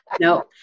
No